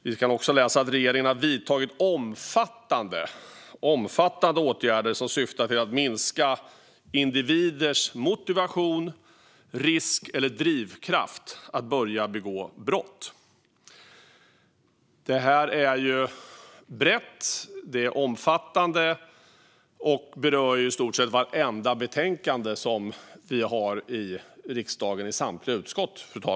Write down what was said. Vi kan också läsa att regeringen har vidtagit omfattande åtgärder som syftar till att minska individers motivation, risk eller drivkraft att börja begå brott. Det här är brett, det är omfattande och, fru talman, det berör i stort sett vartenda betänkande som vi har i riksdagen i samtliga utskott.